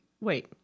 Wait